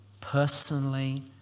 personally